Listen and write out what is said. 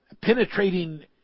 penetrating